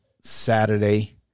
Saturday